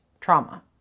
trauma